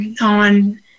on